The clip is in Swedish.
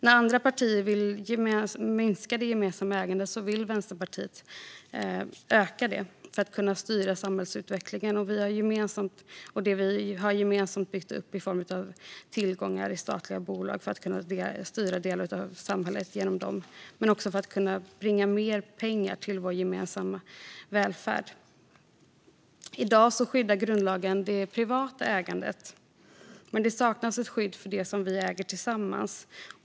När andra partier vill minska det gemensamma ägandet vill Vänsterpartiet öka det för att kunna styra samhällsutvecklingen och det som vi gemensamt har byggt upp i form av tillgångar i statliga bolag och för att kunna styra delar av samhället genom dem men också för att kunna inbringa mer pengar till vår gemensamma välfärd. I dag skyddar grundlagen det privata ägandet, men det saknas ett skydd för det som vi äger tillsammans.